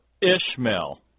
Ishmael